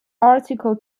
article